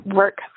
work